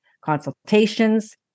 consultations